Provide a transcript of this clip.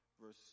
verse